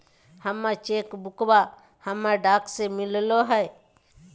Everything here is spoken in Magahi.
हमर चेक बुकवा हमरा डाक से मिललो हे